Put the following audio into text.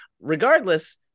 Regardless